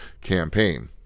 campaign